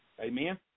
Amen